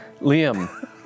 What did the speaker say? Liam